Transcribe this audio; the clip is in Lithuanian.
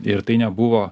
ir tai nebuvo